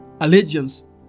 allegiance